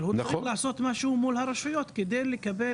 אבל הוא צריך לעשות משהו מול הרשויות כדי לקבל